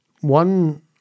one